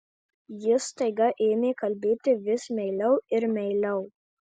ji staiga ėmė kalbėti vis meiliau ir meiliau